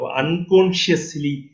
unconsciously